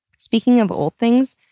speaking of old things,